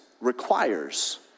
requires